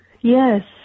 Yes